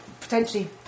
potentially